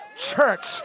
Church